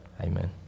Amen